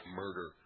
murder